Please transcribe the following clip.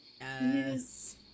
yes